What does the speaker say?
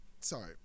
sorry